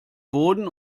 boden